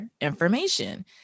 information